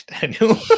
Daniel